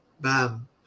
bam